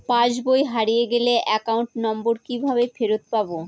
পাসবই হারিয়ে গেলে account number কিভাবে ফেরত পাব?